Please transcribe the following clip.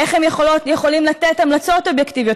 איך הם יכולים לתת המלצות אובייקטיביות,